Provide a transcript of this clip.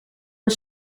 een